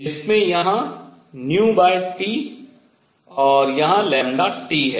जिसमें यहाँ T और यहाँ T है